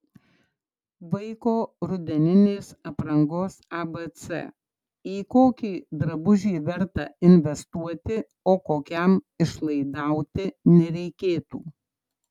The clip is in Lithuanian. vaiko rudeninės aprangos abc į kokį drabužį verta investuoti o kokiam išlaidauti nereikėtų